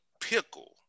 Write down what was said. pickle